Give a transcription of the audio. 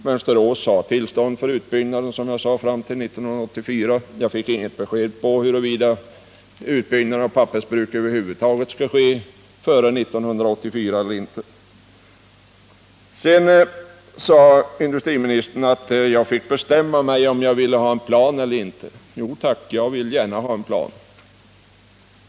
Företaget har tillstånd för utbyggnad i Mönsterås fram till 1984. Men jag fick alltså inget besked huruvida utbyggnad av pappersbruket över huvud taget skall ske före 1984 eller inte. Sedan sade industriministern att jag fick bestämma mig om jag ville ha en plan eller inte. Jo tack, jag vill gärna ha en plan.